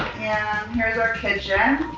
yeah here's our kitchen.